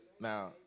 now